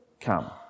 come